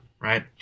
right